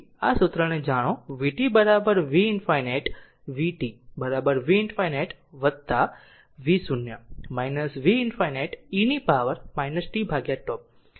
હવે vt આ સૂત્રને જાણો vt v ∞ vt v ∞ v0 v ∞ e to the power tτ